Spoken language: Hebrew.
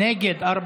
נגד, 43,